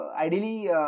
ideally